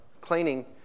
cleaning